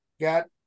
got